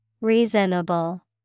Reasonable